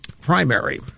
primary